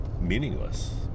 meaningless